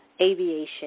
aviation